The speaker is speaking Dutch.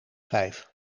vijf